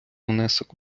внесок